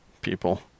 people